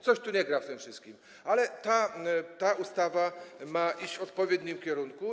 Coś tu nie gra w tym wszystkim, ale ta ustawa ma iść w odpowiednim kierunku.